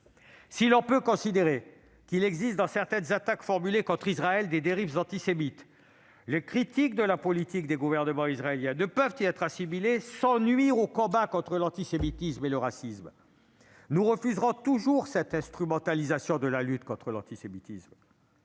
Si l'on peut considérer qu'il existe dans certaines attaques formulées contre Israël des dérives antisémites, les critiques de la politique des gouvernements israéliens ne peuvent y être assimilées sans nuire au combat contre l'antisémitisme et le racisme. Nous refuserons toujours cette instrumentalisation de la lutte contre l'antisémitisme.